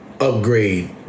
upgrade